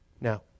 Now